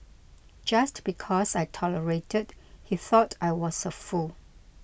just because I tolerated he thought I was a fool